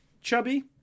chubby